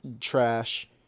trash